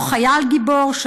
אותו חייל גיבור,